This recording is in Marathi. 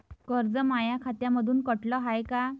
कर्ज माया खात्यामंधून कटलं हाय का?